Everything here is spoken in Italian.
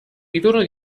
ritorno